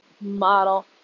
model